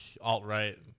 alt-right